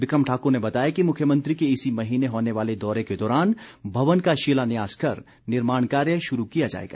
बिक्रम ठाकुर ने बताया कि मुख्यमंत्री के इसी महीने होने वाले दौरे के दौरान भवन का शिलान्यास कर निर्माण कार्य शुरू किया जाएगा